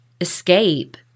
escape